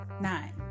nine